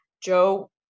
Joe